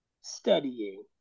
studying